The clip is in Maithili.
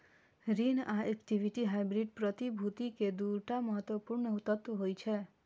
ऋण आ इक्विटी हाइब्रिड प्रतिभूति के दू टा महत्वपूर्ण तत्व होइ छै